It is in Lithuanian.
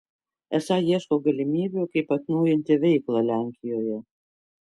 esą ieško galimybių kaip atnaujinti veiklą lenkijoje